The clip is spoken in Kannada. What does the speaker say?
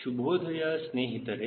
ಶುಭೋದಯ ಸ್ನೇಹಿತರೆ